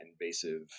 invasive